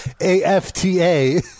A-F-T-A